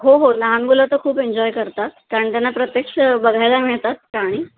हो हो लहान मुलं तर खूप एन्जॉय करतात कारण त्यांना प्रत्यक्ष बघायला मिळतात प्राणी